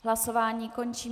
Hlasování končím.